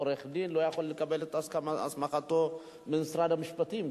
עורך-דין לא יכול לקבל את הסמכתו ממשרד המשפטים?